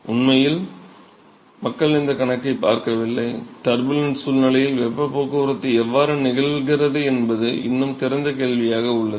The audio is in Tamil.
உண்மையில் மக்கள் இந்த கணக்கைப் பார்க்கவில்லை டர்புலன்ட் சூழ்நிலையில் வெப்பப் போக்குவரத்து எவ்வாறு நிகழ்கிறது என்பது இன்னும் திறந்த கேள்வியாக உள்ளது